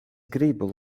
gribu